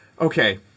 Okay